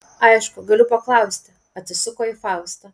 aišku galiu paklausti atsisuko į faustą